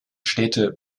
städte